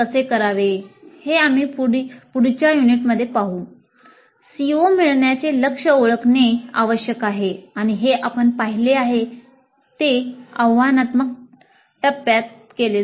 CO मिळविण्याचे लक्ष्य ओळखणे आवश्यक आहे आणि हे आपण पाहिले आहे ते रचनात्मक टप्प्यात केले जाते